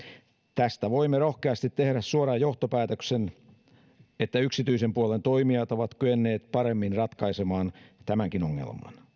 tästä voimme rohkeasti tehdä suoran johtopäätöksen että yksityisen puolen toimijat ovat kyenneet paremmin ratkaisemaan tämänkin ongelman